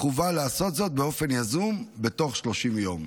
החובה היא לעשות זאת באופן יזום בתוך 30 יום.